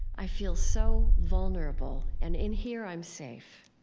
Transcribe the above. i feel so vulnerable, and in here i'm safe.